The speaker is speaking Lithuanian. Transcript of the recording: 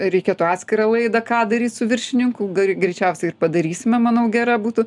reikėtų atskirą laidą ką daryt su viršininku greičiausiai ir padarysime manau gera būtų